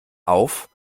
auf